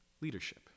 Leadership